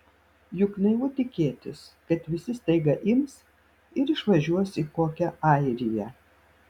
juk naivu tikėtis kad visi staiga ims ir išvažiuos į kokią airiją